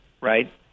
right